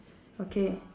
okay